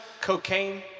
cocaine